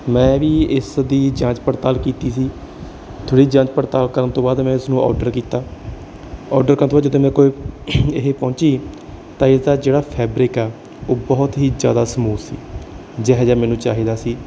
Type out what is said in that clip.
ਮੈਂ ਵੀ ਇਸ ਦੀ ਜਾਂਚ ਪੜਤਾਲ ਕੀਤੀ ਸੀ ਥੋੜ੍ਹੀ ਜਾਂਚ ਪੜਤਾਲ ਕਰਨ ਤੋਂ ਬਾਅਦ ਮੈਂ ਇਸਨੂੰ ਓਰਡਰ ਕੀਤਾ ਓਰਡਰ ਕਰਨ ਤੋਂ ਬਾਅਦ ਜਦੋਂ ਮੇਰੇ ਕੋਲ ਇਹ ਪਹੁੰਚੀ ਤਾਂ ਇਸ ਦਾ ਜਿਹੜਾ ਫੈਬਰਿਕ ਆ ਉਹ ਬਹੁਤ ਹੀ ਜ਼ਿਆਦਾ ਸਮੂਦ ਸੀ ਜਿਹੋ ਜਿਹਾ ਮੈਨੂੰ ਚਾਹੀਦਾ ਸੀ